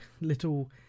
little